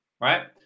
right